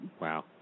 Wow